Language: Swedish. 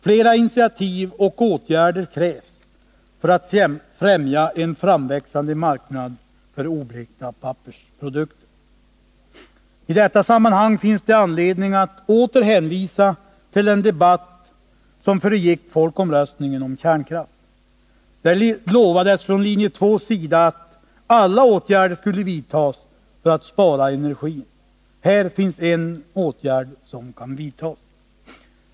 Flera initiativ och åtgärder krävs för att främja en framväxande marknad för oblekta pappersprodukter. I detta sammanhang finns det anledning att åter hänvisa till den debatt som föregick folkomröstningen om kärnkraft. Där lovades från linje 2:s sida att alla åtgärder skulle vidtas för att spara energi. Här finns en åtgärd som kan vidtas.